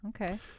Okay